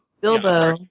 Bilbo